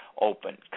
open